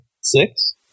Six